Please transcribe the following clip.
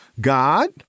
God